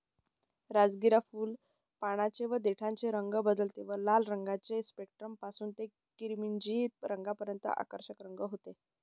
राजगिरा फुल, पानांचे व देठाचे रंग बदलते व लाल रंगाचे स्पेक्ट्रम पासून ते किरमिजी रंगापर्यंत आकर्षक रंग होते